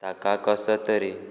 ताका कसो तरी